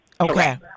Okay